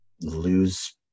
lose